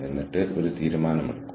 പിന്നെ നമ്മൾ ഇത് എങ്ങനെ തീരുമാനിക്കും